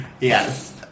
Yes